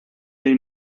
dei